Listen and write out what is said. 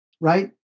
right